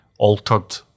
Altered